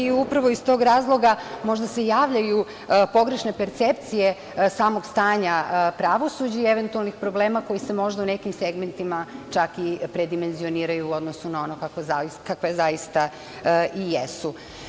Upravo iz tog razloga možda se javljaju pogrešne percepcije samog stanja pravosuđa i eventualnih problema koji se možda u nekim segmentima čak i predimenzioniraju u odnosu na ono kakve zaista i jesu.